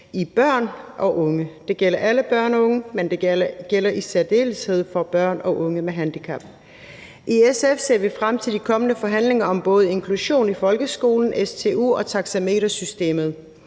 i børn og unge. Det gælder alle børn og unge, men det gælder i særdeleshed for børn og unge med handicap. I SF ser vi frem til de kommende forhandlinger om både inklusion i folkeskolen, stu og taxametersystemet